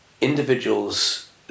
individuals